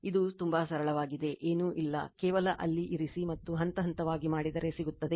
ಇದು ತುಂಬಾ ಸರಳವಾಗಿದೆ ಏನೂ ಇಲ್ಲ ಕೇವಲ ಅಲ್ಲಿ ಇರಿಸಿ ಮತ್ತು ಹಂತ ಹಂತವಾಗಿ ಮಾಡಿದರೆ ಸಿಗುತ್ತದೆ